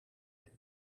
you